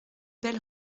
belle